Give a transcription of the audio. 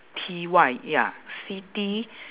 T Y ya city